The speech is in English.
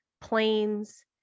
planes